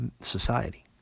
society